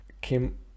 kim